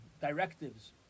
Directives